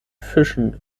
fischen